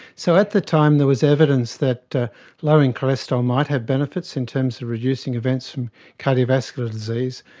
so at the time there was evidence that lowering cholesterol might have benefits in terms of reducing events from cardiovascular disease.